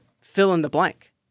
fill-in-the-blank